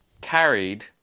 carried